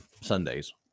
Sundays